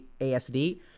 ASD